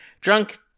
drunk